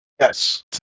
Yes